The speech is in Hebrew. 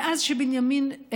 מאז שבנימין,